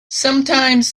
sometimes